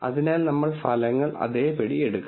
അതിനാൽ നമ്മൾ ഫലങ്ങൾ അതേപടി എടുക്കണം